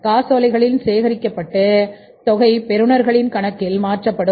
காசோலைகளில் சேகரிக்கப்பட்டு தொகை பெறுநர்களின் கணக்கில் மாற்றப்படும்